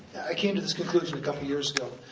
i came to this conclusion a couple years ago.